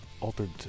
Altered